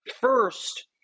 First